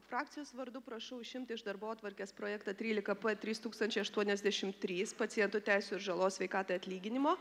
frakcijos vardu prašau išimti iš darbotvarkės projektą trylika trys tūkstančiai aštuoniasdešim trys pacientų teisių ir žalos sveikatai atlyginimo